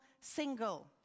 single